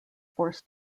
forced